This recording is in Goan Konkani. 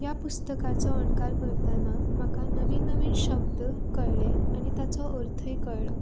ह्या पुस्तकाचो अणकार करतना म्हाका नवीन नवीन शब्द कळ्ळें आनी ताचो अर्थय कळ्ळो